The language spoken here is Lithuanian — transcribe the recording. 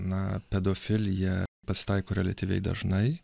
na pedofilija pasitaiko reliatyviai dažnai